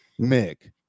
Mick